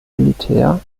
militär